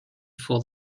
for